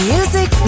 Music